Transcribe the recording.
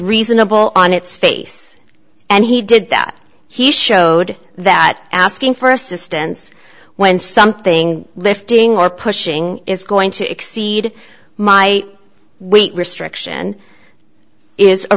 reasonable on its face and he did that he showed that asking for assistance when something lifting or pushing is going to exceed my weight restriction is a